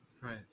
Right